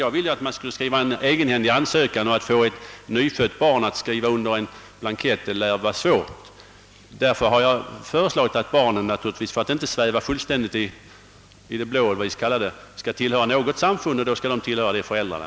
Jag vill att var och en som vill bli medlem av ett samfund skall skriva en ansökan, men det lär vara svårt att få ett nyfött barn att skriva under en ansökningsblankett och därför har jag föreslagit att barnen, för att de inte fullständigt skall sväva i det blå, skall tillhöra samma samfund som föräldrarna.